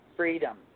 Freedom